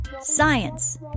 science